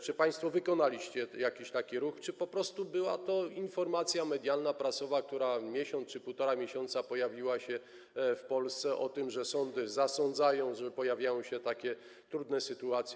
Czy państwo wykonaliście taki ruch, czy po prostu była to informacja medialna, prasowa, która miesiąc czy półtora miesiąca temu pojawiła się w Polsce, o tym, że sądy zasądzają, że pojawiały się takie trudne sytuacje?